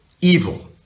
evil